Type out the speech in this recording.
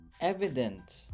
evident